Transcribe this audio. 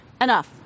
Enough